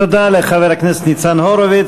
תודה לחבר הכנסת ניצן הורוביץ.